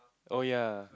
oh ya